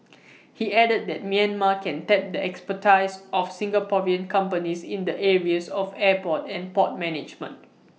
he added that Myanmar can tap the expertise of Singaporean companies in the areas of airport and port management